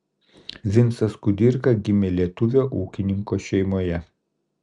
vincas kudirka gimė lietuvio ūkininko šeimoje